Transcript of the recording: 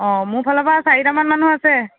অ মোৰ ফালৰ পৰা চাৰিটামান মানুহ আছে